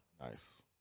Nice